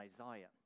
Isaiah